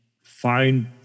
find